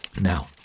Now